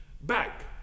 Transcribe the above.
back